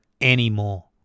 anymore